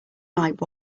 like